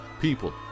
people